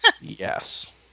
Yes